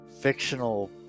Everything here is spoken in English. fictional